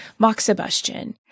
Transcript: moxibustion